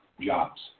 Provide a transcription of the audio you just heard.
jobs